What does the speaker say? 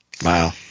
Wow